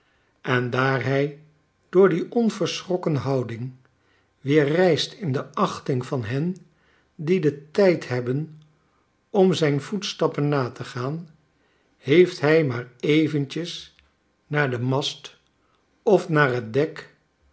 en daar hij door die onverischrokken houding weer rijst in de achting van hen die den tijd hebben om zijn voetstappen ha te gaan heeft hrj maar eventjes naar den mast of naar t dek